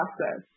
process